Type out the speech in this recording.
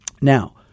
Now